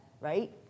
right